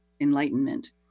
enlightenment